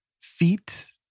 feet